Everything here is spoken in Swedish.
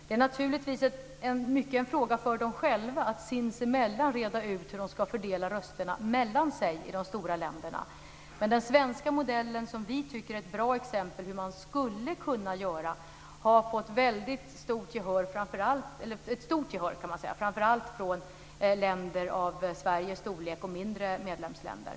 Det är naturligtvis en fråga för dem själva att sinsemellan reda ut hur de ska fördela rösterna mellan sig i de stora länderna. Men den svenska modellen, som vi tycker är ett bra exempel på hur man skulle kunna göra, har fått ett stort gehör framför allt från länder av Sveriges storlek och mindre medlemsländer.